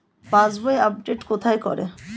পাসবই update কোথায় করে?